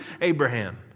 Abraham